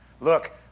Look